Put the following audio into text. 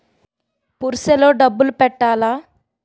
Purse లో డబ్బులు పెట్టలా?